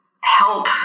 help